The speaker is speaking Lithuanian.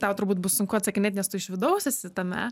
tau turbūt bus sunku atsakinėt nes tu iš vidaus esi tame